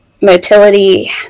motility